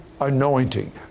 anointing